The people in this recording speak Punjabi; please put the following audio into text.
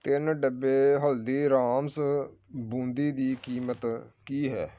ਤਿੰਨ ਡੱਬੇ ਹਲਦੀਰਾਮਸ ਬੂੰਦੀ ਦੀ ਕੀਮਤ ਕੀ ਹੈ